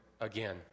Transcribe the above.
again